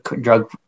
drug